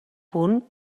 punt